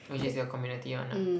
which is your community one ah